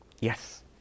Yes